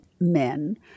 men